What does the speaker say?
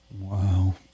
Wow